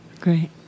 Great